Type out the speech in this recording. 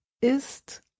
ist